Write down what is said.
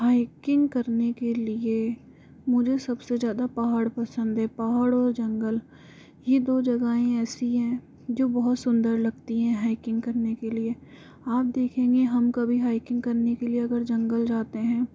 hiking करने के लिए मुझे सबसे ज़्यादा पहाड़ पसंद है पहाड़ ओर जंगल ये दो जगहें ऐसी हैं जो बहुत सुंदर लगती है हाइकिंग करने के लिए आप देखेंगे की हम कभी हाइकिंग करने के लिए अगर जंगल जाते हैं